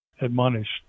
admonished